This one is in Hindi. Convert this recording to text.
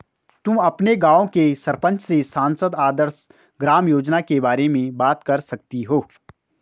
तुम अपने गाँव के सरपंच से सांसद आदर्श ग्राम योजना के बारे में बात कर सकती हो